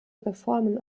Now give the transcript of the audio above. reformen